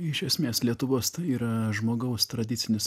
iš esmės lietuvos tai yra žmogaus tradicinis